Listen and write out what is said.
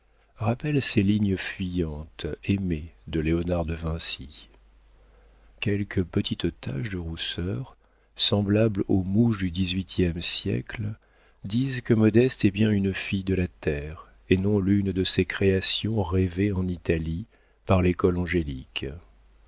rappelle ces lignes fuyantes aimées de léonard de vinci quelques petites taches de rousseur semblables aux mouches du dix-huitième siècle disent que modeste est bien une fille de la terre et non l'une de ces créations rêvées en italie par l'école angélique